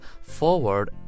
forward